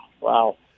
wow